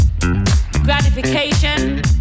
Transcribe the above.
Gratification